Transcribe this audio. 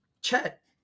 Chet